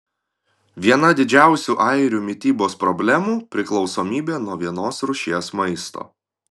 viena didžiausių airių mitybos problemų priklausomybė nuo vienos rūšies maisto